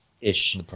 Ish